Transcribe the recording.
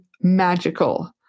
magical